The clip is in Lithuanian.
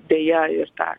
deja ir tą